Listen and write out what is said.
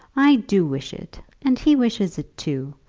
i do wish it and he wishes it too.